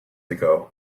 ago